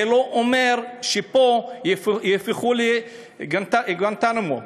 זה לא אומר שפה יהפכו לגואנטנמו.